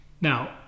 Now